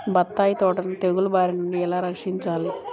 బత్తాయి తోటను తెగులు బారి నుండి ఎలా రక్షించాలి?